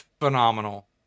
phenomenal